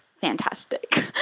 fantastic